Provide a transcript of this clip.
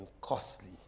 costly